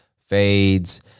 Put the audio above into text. fades